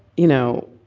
you know,